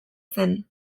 zen